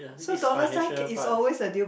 this financial part